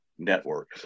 network